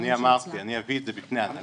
אני אמרתי, אני אביא את זה בפני ההנהלה.